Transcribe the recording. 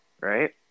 right